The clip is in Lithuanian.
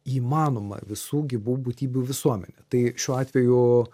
įmanoma visų gyvų būtybių visuomenė tai šiuo atveju